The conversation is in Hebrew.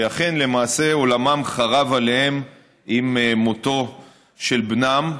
שאכן למעשה עולמם חרב עליהם עם מותו של בנם.